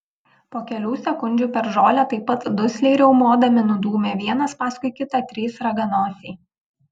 po kelių sekundžių per žolę taip pat dusliai riaumodami nudūmė vienas paskui kitą trys raganosiai